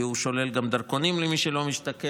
כי הוא גם שולל דרכונים למי שלא משתקע.